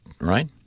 right